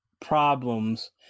problems